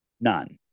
None